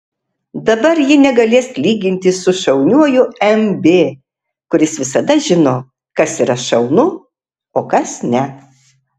dabar ji negalės lygintis su šauniuoju mb kuris visada žino kas yra šaunu o kas ne